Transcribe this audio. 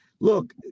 look